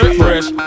fresh